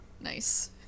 Nice